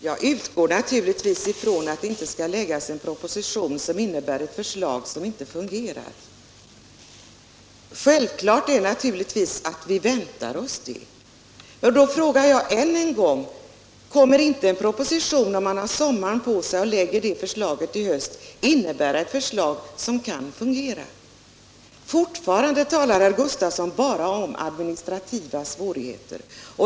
Herr talman! Jag utgår naturligtvis ifrån att det inte skall läggas någon proposition som innebär ett förslag som inte fungerar. Det är ju självklart. Men jag frågar än en gång: Kommer inte en proposition? Om man har sommaren på sig och lägger förslaget i höst borde det innebära att man kan få fram ett förslag som kan fungera. Fortfarande talar herr Gustavsson bara om administrativa svårigheter.